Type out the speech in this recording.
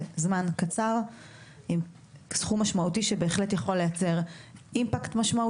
זמן קצר עם סכום משמעותי שבהחלט יכול להביא להשפעה משמעותית,